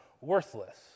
worthless